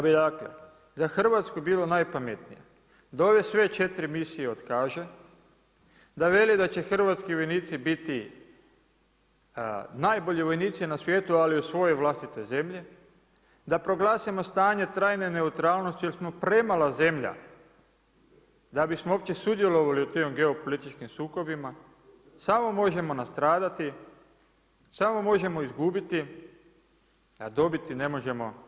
Smatram da bi za Hrvatsku bilo najpametnije da ove sve četiri misije otkaže, da veli da će hrvatski vojnici biti najbolji vojnici na svijetu ali u svojoj vlastitoj zemlji, da proglasimo stanje trajne neutralnosti jer smo premala zemlja da bismo uopće sudjelovali u tim geopolitičkim sukobima samo možemo nastradati, samo možemo izgubiti a dobiti ne možemo skoro pa ništa.